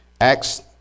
Acts